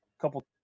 couple